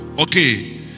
okay